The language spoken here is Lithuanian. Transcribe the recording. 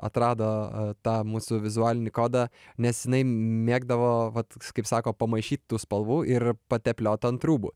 atrado tą mūsų vizualinį kodą nes jinai mėgdavo vat kaip sako pamaišyt tų spalvų ir patepliot ant rūbų